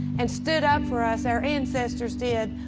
and stood up for us, our ancestors did.